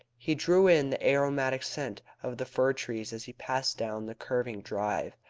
he drew in the aromatic scent of the fir-trees as he passed down the curving drive.